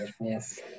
Yes